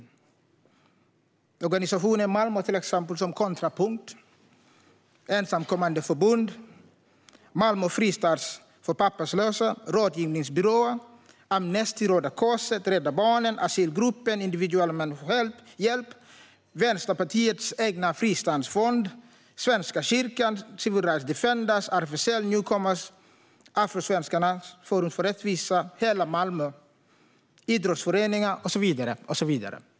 Det gäller organisationer i Malmö som till exempel Kontrapunkt, Ensamkommandes Förbund, Malmö fristad för papperslösa, Rådgivningsbyrån, Amnesty, Röda Korset, Rädda Barnen, Asylgruppen, Individuell Människohjälp, Vänsterpartiets egen fristadsfond, Svenska kyrkan, Civil Rights Defenders, RFSL Newcomers, Afrosvenskarnas Forum för Rättvisa, Hela Malmö, idrottsföreningar och så vidare.